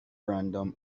random